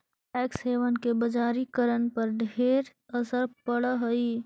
tax haven के बजारिकरण पर ढेर असर पड़ हई